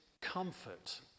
comfort